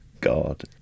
God